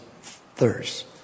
thirst